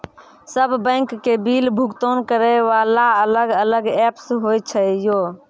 सब बैंक के बिल भुगतान करे वाला अलग अलग ऐप्स होय छै यो?